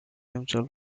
himself